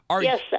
Yes